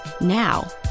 Now